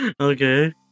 Okay